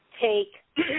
take –